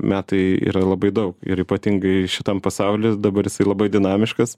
metai yra labai daug ir ypatingai šitam pasauly dabar jisai labai dinamiškas